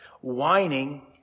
Whining